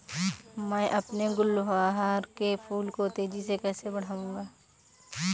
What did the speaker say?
मैं अपने गुलवहार के फूल को तेजी से कैसे बढाऊं?